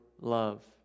love